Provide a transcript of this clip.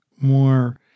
more